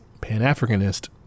pan-africanist